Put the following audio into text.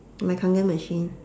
my kangen machine